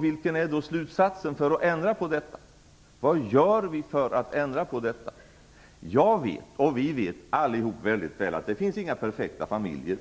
Vilken är då slutsatsen? Vad gör vi för att ändra på detta? Jag vet - det gör vi alla - att det inte finns några perfekta familjer.